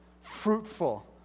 fruitful